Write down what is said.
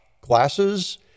glasses